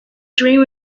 dream